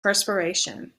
perspiration